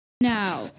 Now